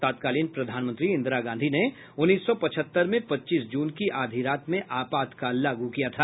तत्कालीन प्रधानमंत्री इन्दिरा गांधी ने उन्नीस सौ पचहत्तर में पच्चीस जून की आधी रात में आपातकाल लागू किया था